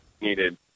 needed